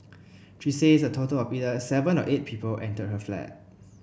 she says a total of either seven or eight people entered her flat